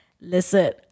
Listen